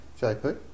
JP